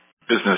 business